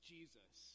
Jesus